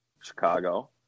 Chicago